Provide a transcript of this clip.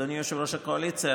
אדוני יושב-ראש הקואליציה,